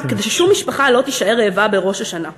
כדי ששום משפחה לא תישאר רעבה בראש השנה.